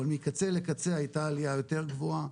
אבל מקצה לקצה היתה עליה יותר גבוהה.